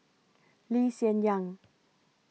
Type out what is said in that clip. Lee Hsien Yang